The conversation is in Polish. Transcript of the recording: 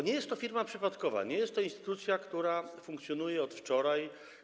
Nie jest to firma przypadkowa, nie jest to instytucja, która funkcjonuje od wczoraj.